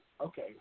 okay